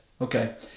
Okay